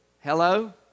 Hello